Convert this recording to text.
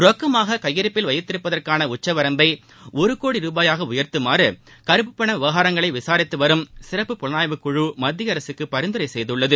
ரொக்கமாக கையிருப்பில் வைப்பதற்கான உச்ச வரம்பை ஒரு கோடி ரூபாயாக உயர்த்துமாறு கருப்புப்பண விவகாரங்களை விசாரித்து வரும் சிறப்பு புலனாய்வுக் குழு மத்திய அரசுக்கு பரிந்துரை செய்துள்ளது